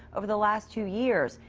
over the last two years.